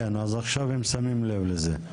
כן, אז עכשיו הם שמים לב לזה.